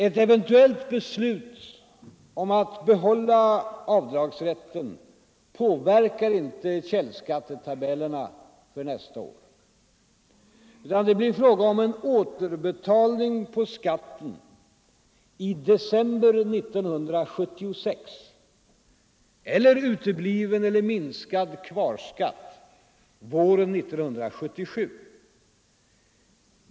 Ett eventuellt beslut om att behålla avdragsrätten påverkar inte källskattetabellerna för nästa år. Det blir fråga om en återbetalning på skatten i december 1976 eller utebliven eller minskad kvarskatt våren 1977.